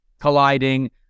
colliding